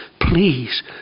Please